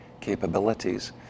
capabilities